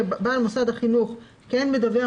שבעל מוסד החינוך מדווח,